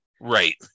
Right